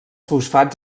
fosfats